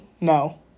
No